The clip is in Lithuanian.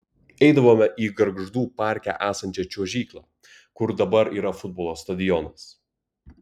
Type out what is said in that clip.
eidavome į gargždų parke esančią čiuožyklą kur dabar yra futbolo stadionas